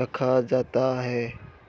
रखा जाता है?